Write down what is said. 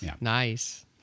Nice